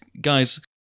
guys